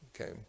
Okay